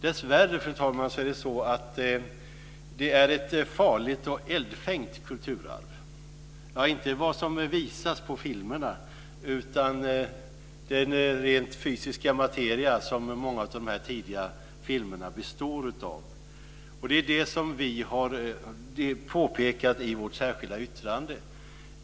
Dessvärre, fru talman, är det ett farligt och eldfängt kulturarv. Jag tänker då inte på vad som visas på filmerna utan på den rent fysiska materia som många av de tidiga filmerna består av. Det är detta som vi har påpekat i vårt särskilda yttrande.